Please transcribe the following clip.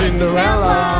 Cinderella